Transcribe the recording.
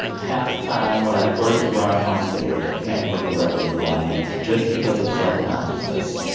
half the time when i first run onstage, i can't look directly at the audience just because of self-consciousness.